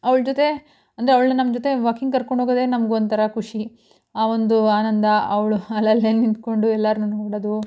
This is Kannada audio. ಅವ್ಳ ಜೊತೆ ಅಂದರೆ ಅವ್ಳನ್ನ ನಮ್ಮ ಜೊತೆ ವಾಕಿಂಗ್ ಕರ್ಕೊಂಡ್ಹೋಗೋದೆ ನಮ್ಗೊಂಥರ ಖುಷಿ ಆವೊಂದು ಆನಂದ ಅವಳು ಅಲ್ಲಲ್ಲೇ ನಿಂತುಕೊಂಡು ಎಲ್ಲರನ್ನೂ ನೋಡೋದು